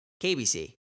KBC